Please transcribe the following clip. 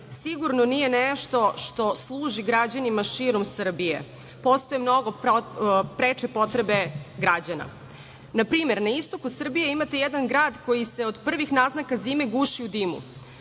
sigurno nije nešto što služi građanima širom Srbije, postoje mnogo preče potrebe građana. Na primer na istoku Srbije imate jedan grad koji se od prvih naznaka zime guši u dimu.